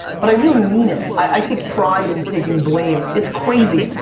but i really mean it. i take pride in taking blame. it's crazy.